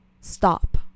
stop